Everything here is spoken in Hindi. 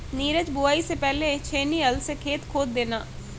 नीरज बुवाई से पहले छेनी हल से खेत खोद देना